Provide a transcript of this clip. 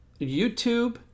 YouTube